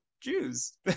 Jews